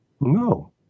No